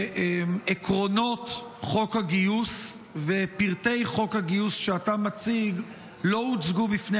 שעקרונות חוק הגיוס ופרטי חוק הגיוס שאתה מציג לא הוצגו בפני